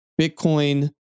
Bitcoin